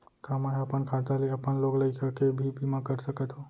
का मैं ह अपन खाता ले अपन लोग लइका के भी बीमा कर सकत हो